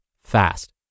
fast